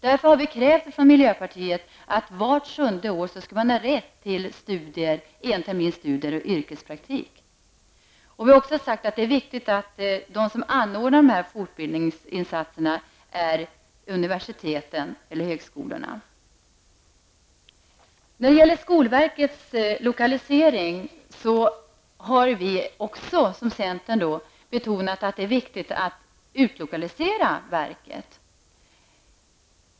Därför har vi från miljöpartiet krävt att en lärare vart sjunde år skall ha rätt till en termins studier och yrkespraktik. Vi har också sagt att det är viktigt att universiteten och högskolorna anordnar dessa fortbildningsinsatser. När det gäller skolverkets lokalisering har miljöpartiet liksom centern betonat att det är viktigt att utlokalisera verket.